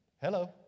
Hello